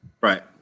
right